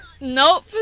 Nope